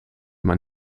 man